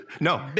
No